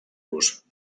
los